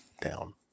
down